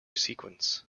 sequence